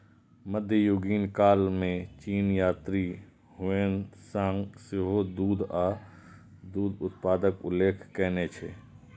मध्ययुगीन काल मे चीनी यात्री ह्वेन सांग सेहो दूध आ दूध उत्पादक उल्लेख कयने छै